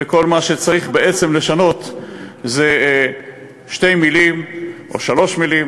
וכל מה שצריך בעצם לשנות זה שתי מילים או שלוש מילים: